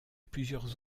plusieurs